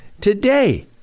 today